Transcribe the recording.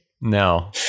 no